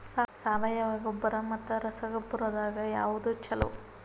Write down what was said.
ಸಾವಯವ ಗೊಬ್ಬರ ಮತ್ತ ರಸಗೊಬ್ಬರದಾಗ ಯಾವದು ಛಲೋ?